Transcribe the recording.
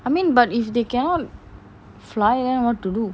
I mean but if they cannot fly then what to do